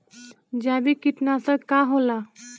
जैविक कीटनाशक का होला?